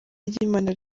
ry’imana